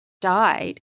died